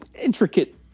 intricate